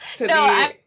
No